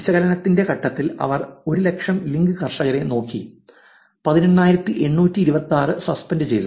വിശകലനത്തിന്റെ ഘട്ടത്തിൽ അവർ 100000 ലിങ്ക് ഫാർമേഴ്സിനെ നോക്കി 18826 സസ്പെൻഡ് ചെയ്തു